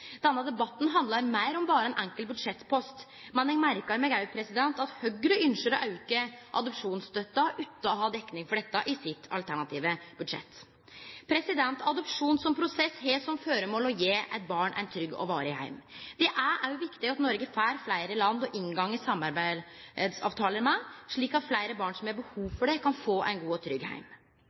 Denne debatten handlar om meir enn berre ein enkelt budsjettpost. Men eg merkar meg òg at Høgre ynskjer å auke adopsjonsstønaden utan å ha dekning for dette i sitt alternative budsjett. Adopsjon som prosess har som føremål å gje eit barn ein trygg og varig heim. Det er òg viktig at Noreg får fleire land å inngå samarbeidsavtalar med, slik at fleire barn som har behov for det, kan få ein god